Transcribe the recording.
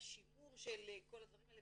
השימור של כל הדברים האלה.